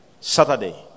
Saturday